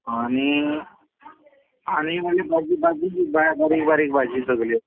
आनी आनी म्हणल्यार भाजी भाजी बा बारीक बारीक भाजी सगळी